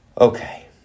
Okay